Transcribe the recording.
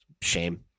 Shame